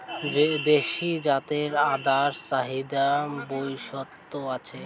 দেশী জাতের আদার চাহিদা বৈদ্যাশত আছে